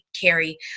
carry